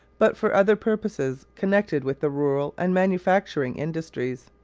but for other purposes connected with the rural and manufacturing industries.